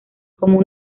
como